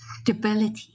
stability